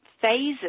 phases